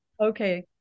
Okay